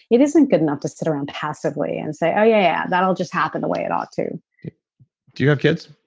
it isn't good enough to sit around passively and say, oh yeah, that will just happen the way it ought to do you have kids?